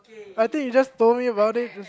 I think you just told me about it